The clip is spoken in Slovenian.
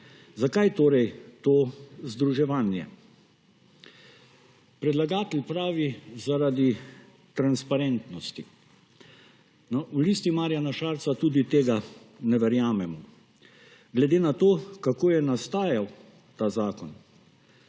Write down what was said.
Zakaj torej to združevanje? Predlagatelj pravi zaradi transparentnosti. V Listi Marjana Šarca tudi tega ne verjamemo, glede na to, kako je nastajal ta zakon,